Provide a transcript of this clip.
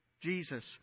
Jesus